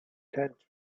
tent